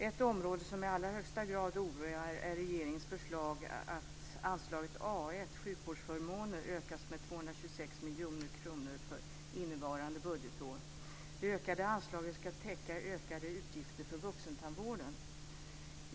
Ett område som i allra högsta grad oroar är regeringens förslag att anslaget A 1, Sjukvårdsförmåner, ökas med 226 miljoner kronor för innevarande budgetår. Det ökade anslaget ska täcka ökade utgifter för vuxentandvården.